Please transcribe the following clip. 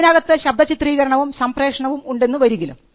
അതിനകത്ത് ശബ്ദ ചിത്രീകരണവും സംപ്രേഷണവും ഉണ്ടെന്നു വരികിലും